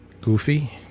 Goofy